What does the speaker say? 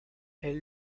elle